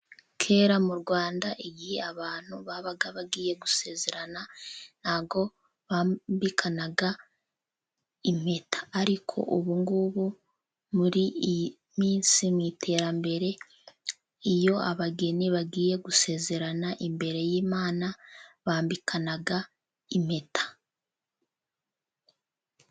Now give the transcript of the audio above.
Kera mu Rwanda iyo abantu babaga bagiye gusezerana ntago bambikanaga impeta, ariko ubu ngubu muri iyi minsi mu iterambere, iyo abageni bagiye gusezerana imbere y'Imana bambikana impeta.